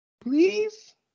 Please